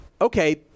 okay